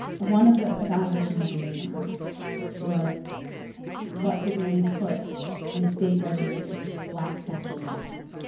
one of the evaluation mechanisms was what the grannies put in state-regulated black satchel bags.